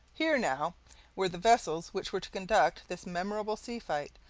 here now were the vessels which were to conduct this memorable sea-fight,